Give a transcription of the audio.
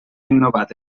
innovat